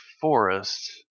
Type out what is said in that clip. forest